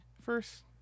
first